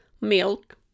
Milk